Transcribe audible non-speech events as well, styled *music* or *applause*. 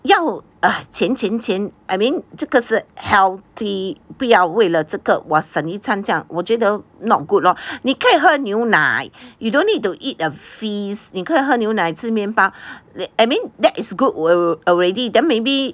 要 *breath* 钱钱钱 I mean 这个是 healthy 不要为了这个我省一餐这样我觉得 not good lor 你可以喝牛奶 you don't need to eat a feast 你可以喝牛奶吃面包 then I mean that is good already then maybe